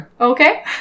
Okay